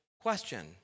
question